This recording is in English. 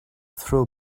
throw